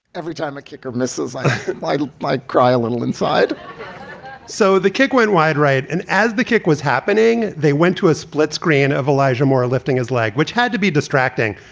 every time a kicker misses like like like cry a little inside so the kick went wide, right? and as the kick was happening, they went to a split screen of elijah moore lifting his leg, which had to be distracting.